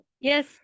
yes